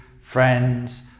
friends